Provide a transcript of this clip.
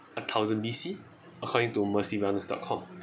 a thousand B_C according to mercy wellness dot com